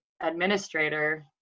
administrator